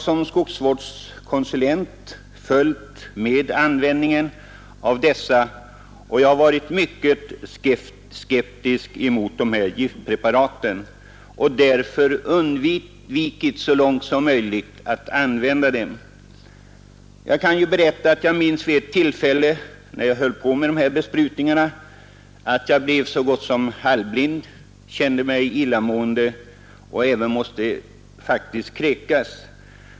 Som skogsvårdskonsulent har jag följt användningen av dessa och har varit mycket skeptisk mot giftpreparaten, och därför har jag också så långt som möjligt undvikit att använda dem. Jag kan berätta att jag vid ett tillfälle, när jag höll på med dessa besprutningar, blev så gott som halvblind, kände mig illamående och måste kräkas.